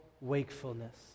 wakefulness